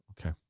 Okay